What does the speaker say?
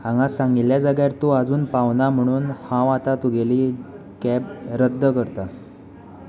हांगा सांगिल्ल्या जाग्यार तूं आजून पावना म्हणून हांव आतां तुगेली कॅब रद्द करतां